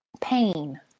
pain